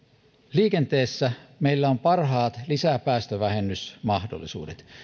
liikenteessä meillä on parhaat lisäpäästövähennysmahdollisuudet